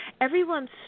everyone's